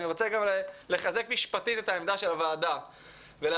אני רוצה לחזק משפטית את העמדה של הוועדה ולהסביר.